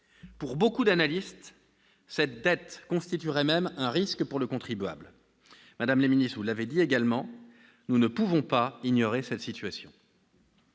Pour beaucoup d'analystes, cette dette constituerait même un risque pour le contribuable. Madame la ministre, comme vous l'avez dit, nous ne pouvons pas ignorer cet état